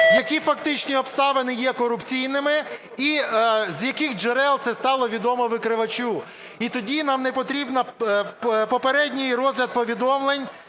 які фактичні обставити є корупційними і з яких джерел це стало відомо викривачу. І тоді нам не потрібний попередній розгляд повідомлень